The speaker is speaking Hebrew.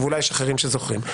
ואולי יש אחרים שזוכרים.